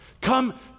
Come